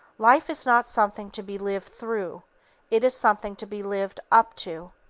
life is not something to be lived through it is something to be lived up to.